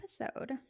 episode